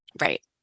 Right